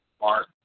Mark